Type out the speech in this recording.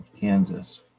Kansas